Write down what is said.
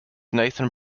nathan